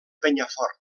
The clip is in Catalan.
penyafort